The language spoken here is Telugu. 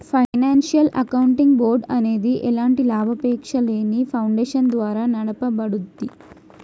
ఫైనాన్షియల్ అకౌంటింగ్ బోర్డ్ అనేది ఎలాంటి లాభాపేక్షలేని ఫౌండేషన్ ద్వారా నడపబడుద్ది